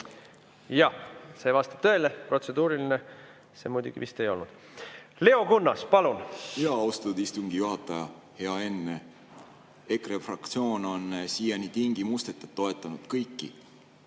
Jah, see vastab tõele. Protseduuriline see muidugi ei olnud. Leo Kunnas, palun! Austatud istungi juhataja! Hea Enn! EKRE fraktsioon on siiani tingimusteta toetanud kõiki